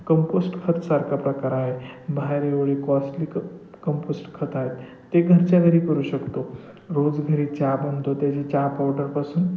compost खतासारखा प्रकार आहे बाहेर एवढी कॉस्टली क कंपोस्ट खतं आहेत ते घरच्या घरी करू शकतो रोज घरी चहा बनतो त्याचे चहा पावडरपासून